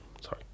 sorry